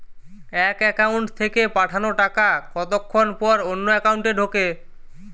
এক একাউন্ট থেকে পাঠানো টাকা কতক্ষন পর অন্য একাউন্টে ঢোকে?